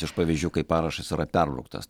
iš pavyzdžių kai parašas yra perbrauktas